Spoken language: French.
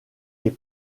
les